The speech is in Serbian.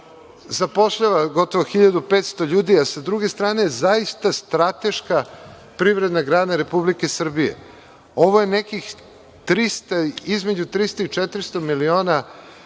zapošljava gotovo 1.500 ljudi, a sa druge strane, zaista strateška privredna grana Republike Srbije. Ovo je nekih između 300 i 400 miliona